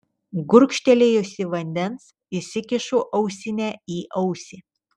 gurkštelėjusi vandens įsikišu ausinę į ausį